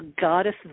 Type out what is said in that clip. goddess